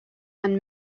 man